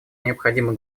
необходимы